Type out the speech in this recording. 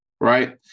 right